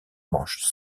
manches